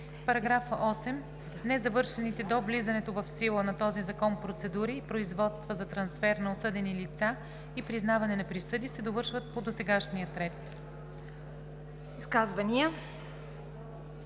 на § 8: „§ 8. Незавършените до влизането в сила на този закон процедури и производства за трансфер на осъдени лица и признаване на присъди се довършват по досегашния ред.“